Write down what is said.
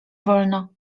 wolno